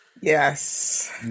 Yes